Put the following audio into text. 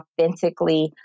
authentically